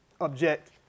object